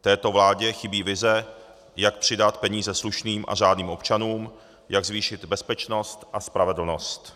Této vládě chybí vize, jak přidat peníze slušným a řádným občanům, jak zvýšit bezpečnost a spravedlnost.